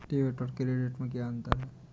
Debit और credit में क्या अंतर है?